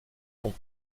ton